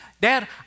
Dad